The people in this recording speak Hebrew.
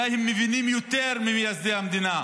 אולי הם מבינים יותר ממייסדי המדינה,